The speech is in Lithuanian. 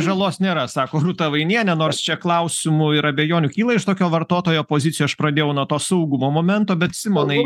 žalos nėra sako rūta vainienė nors čia klausimų ir abejonių kyla iš tokio vartotojo pozicijų aš pradėjau nuo to saugumo momento bet simonai